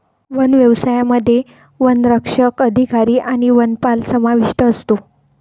one व्यवसायामध्ये वनसंरक्षक अधिकारी आणि वनपाल समाविष्ट असतो